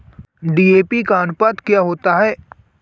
DAP का अनुपात क्या होता है?